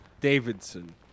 Davidson